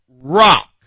rock